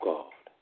God